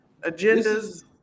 agendas